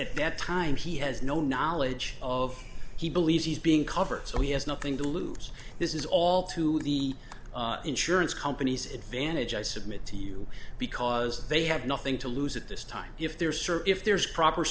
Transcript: at that time he has no knowledge of he believes he's being covered so he has nothing to lose this is all to the insurance company's advantage i submit to you because they have nothing to lose at this time if they're served if there's proper